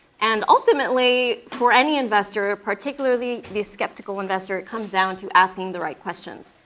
and ultimately for any investor, particularly the skeptical investor, it comes down to asking the right questions,